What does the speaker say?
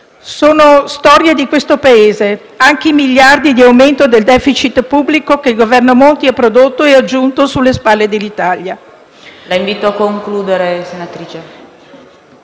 Sono storie di questo Paese anche i miliardi di aumento del *deficit* pubblico che il Governo Monti ha prodotto e aggiunto sulle spalle dell'Italia.